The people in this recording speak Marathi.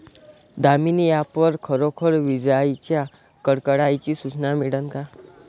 दामीनी ॲप वर खरोखर विजाइच्या कडकडाटाची सूचना मिळन का?